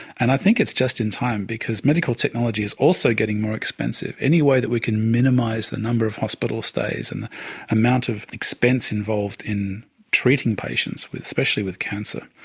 and i think it's just in time, because medical technology is also getting more expensive. any way that we can minimise the number of hospital stays and the amount of expense involved in treating patients, especially with cancer,